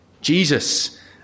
Jesus